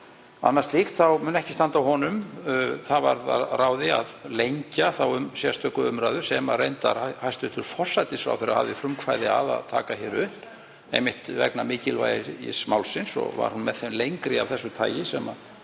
annað slíkt þá mun ekki standa á honum. Það varð að ráði að lengja þá sérstöku umræðu, sem reyndar hæstv. forsætisráðherra hafði frumkvæði að að taka upp, einmitt vegna mikilvægis málsins og var hún með þeim lengri af þessu tagi sem